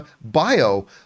bio